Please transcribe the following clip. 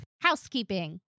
Housekeeping